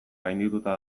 gaindituta